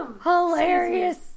hilarious